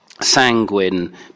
sanguine